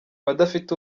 badafite